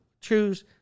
choose